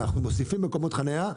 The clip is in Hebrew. אנחנו מוסיפים מקומות חניה,